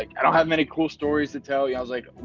like i don't have many cool stories to tell you. i was like,